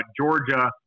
Georgia